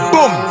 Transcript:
Boom